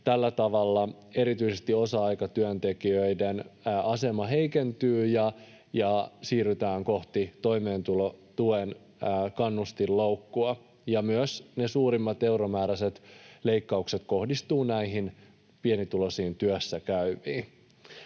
Tällä tavalla erityisesti osa-aikatyöntekijöiden asema heikentyy ja siirrytään kohti toimeentulotuen kannustinloukkua. Ja myös ne suurimmat euromääräiset leikkaukset kohdistuvat näihin pienituloisiin työssä käyviin.